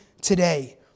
today